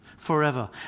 Forever